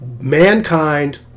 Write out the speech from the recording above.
Mankind